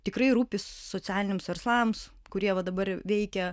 tikrai rūpi socialiniams verslams kurie va dabar veikia